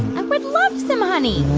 i would love some honey